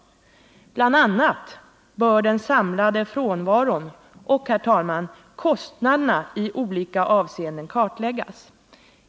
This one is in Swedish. Bl. a. bör den samlade frånvaron och — jag vill understryka det, herr talman — ”kostnaderna i olika avseenden kartläggas.